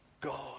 God